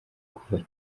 kuva